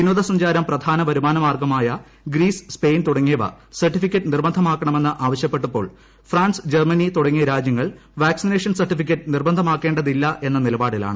വിനോദ സഞ്ചാരം പ്രധാന വരുമാന മാർഗ്ഗമായ ഗ്രീസ് സ്പെയിൻ തുടങ്ങിയവ സർട്ടിഫക്കറ്റ് നിർബന്ധമാക്കണമെന്ന് ആവശ്യപ്പെട്ടപ്പോൾ ഫ്രാൻസ് ജർമ്മനി തുടങ്ങിയ രാജ്യങ്ങൾ വാക്സിനേഷൻ സർട്ടിഫിക്കറ്റ് നിർബന്ധമാക്കേണ്ടതില്ല എന്ന നിലപാടിലാണ്